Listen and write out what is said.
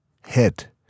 head